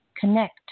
Connect